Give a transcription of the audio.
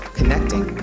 Connecting